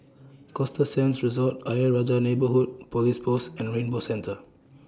Costa Sands Resort Ayer Rajah Neighbourhood Police Post and Rainbow Centre